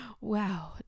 Wow